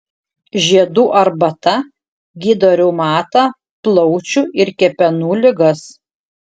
žiedų arbata gydo reumatą plaučių ir kepenų ligas